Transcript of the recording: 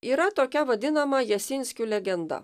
yra tokia vadinama jasinskių legendą